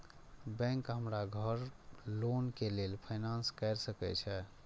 Bank हमरा घर loan के लेल फाईनांस कर सके छे?